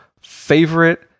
favorite